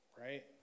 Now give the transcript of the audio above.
right